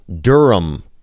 Durham